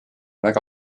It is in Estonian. väga